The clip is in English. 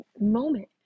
moment